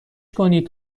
کنید